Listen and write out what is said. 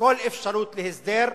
כל אפשרות להסדר.